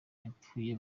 wapfuye